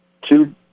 Two